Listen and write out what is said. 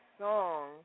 song